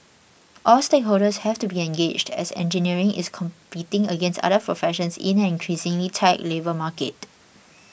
all stakeholders have to be engaged as engineering is competing against other professions in an increasingly tight labour market